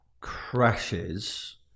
crashes